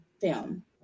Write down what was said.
film